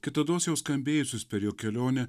kitados jau skambėjusius per jo kelionę